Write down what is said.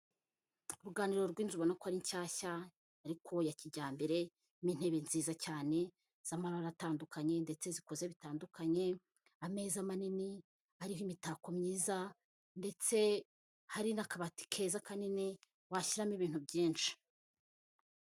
Uruganiriro rw'inzu ubona ko ari nshyashya ariko ya kijyambere n'intebe nziza cyane z'amabara atandukanye ndetse zikoze bitandukanye, ameza manini ariho imitako myiza ndetse hari n'akabati keza kanini washyiramo ibintu byinshi.